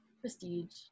prestige